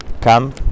come